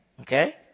Okay